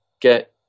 get